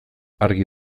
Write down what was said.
argi